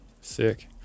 Sick